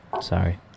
Sorry